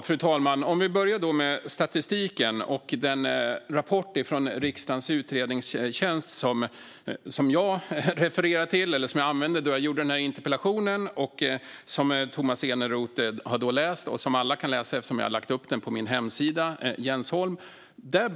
Fru talman! Vi börjar med statistiken och den utredning från riksdagens utredningstjänst som jag refererar till, som jag använde när jag skrev interpellationen och som Tomas Eneroth har läst. Alla kan läsa den eftersom jag har lagt upp den på min webbplats jensholm.se.